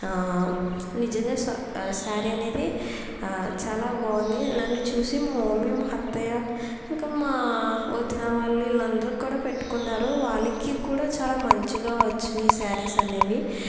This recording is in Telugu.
నిజంగా స సారీ అనేది చాలా బాగుంది నన్ను చూసి మా మమ్మీ మా అత్తయ్య ఇంక మా వదిన వాళ్ళు ఈల్లందరూ కూడా పెట్టుకున్నారు వాళ్ళకి కూడా చాలా మంచిగా వచ్చినాయి సారీస్ అనేవి